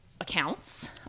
accounts